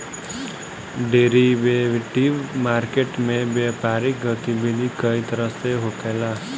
derivative market में व्यापारिक गतिविधि कई तरह से होखेला